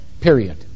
Period